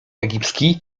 egipski